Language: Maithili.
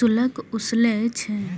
शुल्क ओसूलै छै